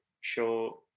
show